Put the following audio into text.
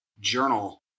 journal